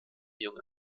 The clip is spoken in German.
junge